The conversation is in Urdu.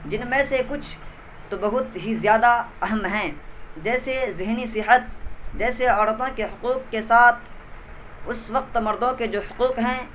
جن میں سے کچھ تو بہت ہی زیادہ اہم ہیں جیسے ذہنی صحت جیسے عورتوں کے حقوق کے ساتھ اس وقت مردوں کے جو حقوق ہیں